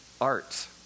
art